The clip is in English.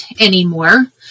anymore